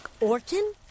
Orton